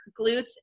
glutes